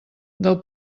del